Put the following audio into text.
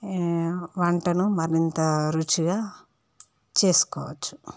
వంటను మరింత రుచిగా చేసుకోవచ్చు